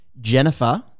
Jennifer